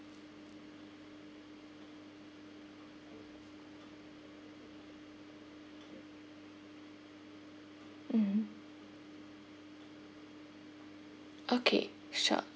mmhmm okay sure